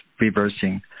reversing